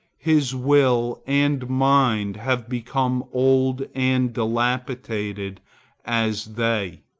his will and mind have become old and dilapidated as they.